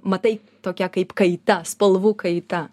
matai tokia kaip kaita spalvų kaita